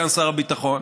סגן שר הביטחון,